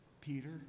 Peter